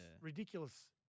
ridiculous